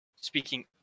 speaking